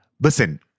listen